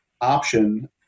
option